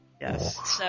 Yes